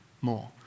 more